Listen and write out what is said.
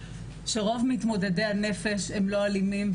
שרוב מתמודדי הנפש הם לא אלימים,